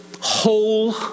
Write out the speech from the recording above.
whole